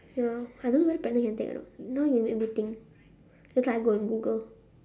ya I don't know whether pregnant can take or not now you make me think later I go and google